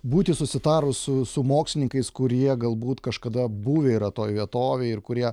būti susitarus su su mokslininkais kurie galbūt kažkada buvę yra toj vietovėj ir kurie